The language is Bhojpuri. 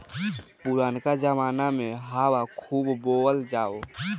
पुरनका जमाना में सावा खूब बोअल जाओ